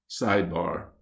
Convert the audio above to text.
sidebar